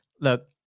Look